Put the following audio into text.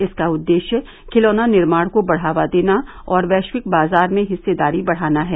इसका उद्देश्य खिलौना निर्माण को बढ़ावा देना और वैश्विक बाजार में हिस्सेदारी बढ़ाना है